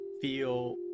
feel